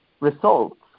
results